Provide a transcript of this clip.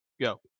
Go